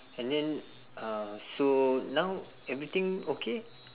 and then uh so now everything okay